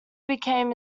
became